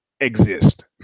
exist